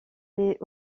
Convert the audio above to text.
les